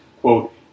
quote